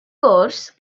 gwrs